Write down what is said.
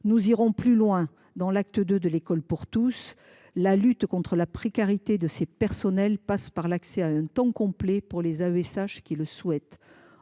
Nous irons encore plus loin avec l’acte II de l’école pour tous, car la lutte contre la précarité de ces personnels passe par l’accès à un temps complet pour ceux qui le souhaitent.